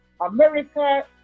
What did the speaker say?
America